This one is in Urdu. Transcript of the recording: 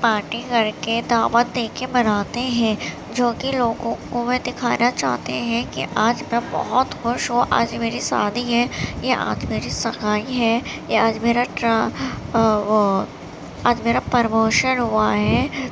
پارٹی کر کے دعوت دے کے مناتے ہیں جوکہ لوگوں کو وہ دکھانا چاہتے ہیں کہ آج میں بہت خوش ہوں آج میری شادی ہے یا آج میری سگائی ہے یا آج میرا ٹرا وہ آج میرا پرموشن ہوا ہے